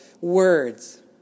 words